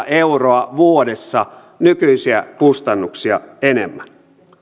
euroa vuodessa nykyisiä kustannuksia enemmän